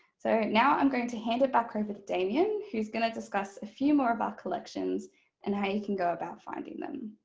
so now i'm going to hand it back over to damian who's going to discuss a few more of our collections and how you can go about finding them.